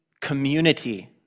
community